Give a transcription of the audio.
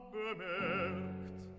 bemerkt